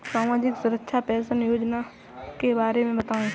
सामाजिक सुरक्षा पेंशन योजना के बारे में बताएँ?